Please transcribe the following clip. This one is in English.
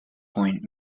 point